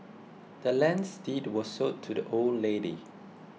the land's deed was sold to the old lady